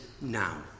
now